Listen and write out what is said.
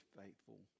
faithful